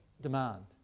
demand